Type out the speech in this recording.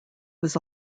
was